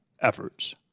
efforts